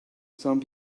some